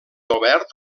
obert